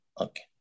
Okay